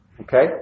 Okay